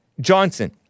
Johnson